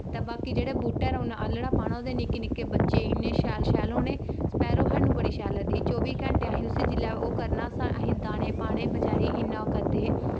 ते बाकी जेह्ड़े बूह्टै'र उन आह्लड़ा पाना ओह्दे निक्के निक्के बच्चे इन्ने शैल शैल होने स्पैरो सानूं बड़ी शैल लगदी ही चौबी घैंटे असीं उस्सी जिसलै ओह् करना स असीं दाने पाने बचारी इन्ना करदे हे